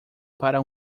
para